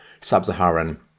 sub-Saharan